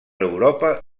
europa